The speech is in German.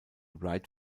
wright